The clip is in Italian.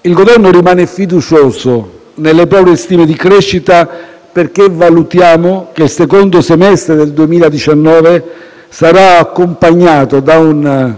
Il Governo rimane fiducioso nelle proprie stime di crescita, perché valutiamo che il secondo semestre del 2019 sarà accompagnato da un